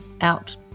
out